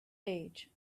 age